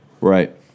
right